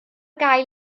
gael